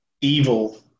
evil